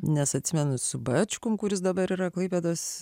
nes atsimenu su bačkom kuris dabar yra klaipėdos